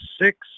six